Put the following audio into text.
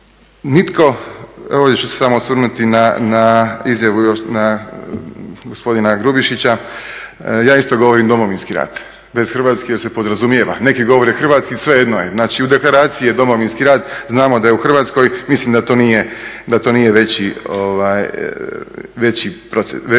Nitko, evo ovdje ću se samo osvrnuti na izjavu gospodina Grubišića, ja isto govorim Domovinski rat, bez Hrvatski jer se podrazumijeva. Neki govore Hrvatski, svejedno je. Znači, u deklaraciji je Domovinski rat, znamo da je u Hrvatskoj, mislim da to nije veći problem.